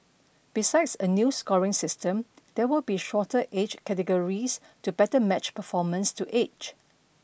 besides a new scoring system there will be shorter age categories to better match performance to age